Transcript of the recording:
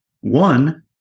One